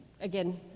again